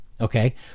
okay